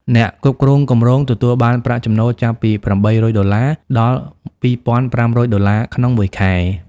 អ្នកគ្រប់គ្រងគម្រោងទទួលបានប្រាក់ចំណូលចាប់ពី ៨០០ ដុល្លារ ដល់ ២,៥០០ ដុល្លារ ក្នុងមួយខែ។